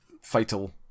fatal